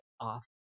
off